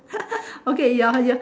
okay your your